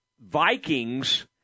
Vikings